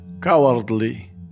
cowardly